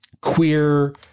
queer